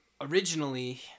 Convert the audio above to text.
originally